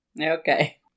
Okay